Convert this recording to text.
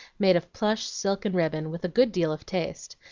made of plush, silk, and ribbon, with a good deal of taste.